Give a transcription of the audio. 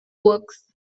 works